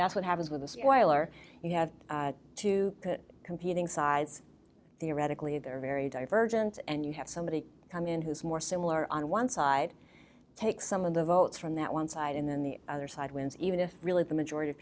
that's what happens with while or you have two competing sides theoretically there are very divergent and you have somebody come in who's more similar on one side takes some of the votes from that one side and then the other side wins even if really the majority of